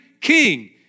king